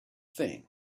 thing